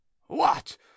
What